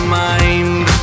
mind